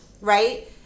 right